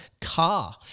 Car